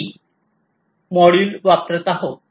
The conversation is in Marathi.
0SP12E मॉड्यूल वापरत आहोत